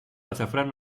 azafrán